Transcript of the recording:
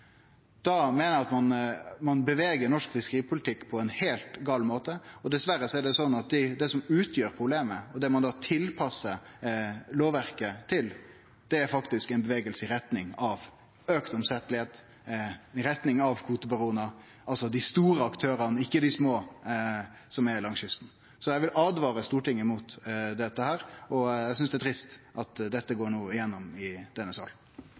da at ein beveger norsk fiskeripolitikk på ein heilt gal måte. Dessverre er det sånn at det som utgjer problemet, og det ein tilpassar lovverket til, det er faktisk ein bevegelse i retning av enklare omsetning, i retning av kvotebaronar, altså dei store aktørane, ikkje dei små som er langs kysten. Eg vil åtvare Stortinget mot dette, og eg synest det er trist at dette no går igjennom i denne